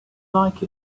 like